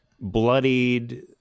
bloodied